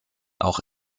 auch